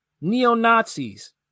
Neo-Nazis